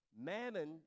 mammon